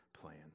plans